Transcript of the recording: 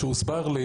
הוא יושב באזור של